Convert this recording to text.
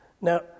Now